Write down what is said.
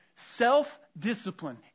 Self-discipline